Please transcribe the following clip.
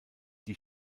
die